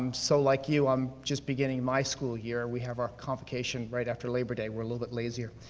um so, like you, i'm just beginning my school year. we have our convocation right after labor day, we're a little bit lazier.